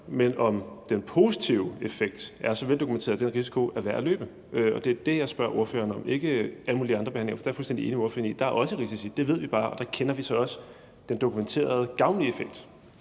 men om den positive effekt er så veldokumenteret, at den risiko er værd at løbe. Det er det, jeg spørger ordføreren om, og ikke om alle mulige andre behandlinger, for jeg er fuldstændig enig med ordføreren i, at der også er risici ved dem, men det ved vi bare, og der kender vi så også den dokumenterede gavnlige effekt.